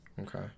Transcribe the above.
Okay